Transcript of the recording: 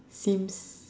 seems